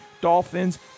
Dolphins